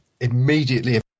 Immediately